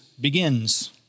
begins